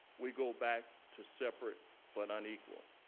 we go back to separate but unequal.